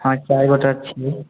हाँ चारि गोटा छिए